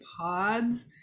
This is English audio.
pods